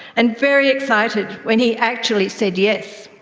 and very excited, when he actually said yes!